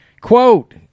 quote